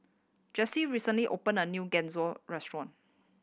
Jessie recently opened a new Gyoza Restaurant